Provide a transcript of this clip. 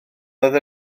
oedd